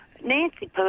Nancy